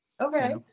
Okay